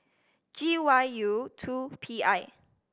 G Y U two P I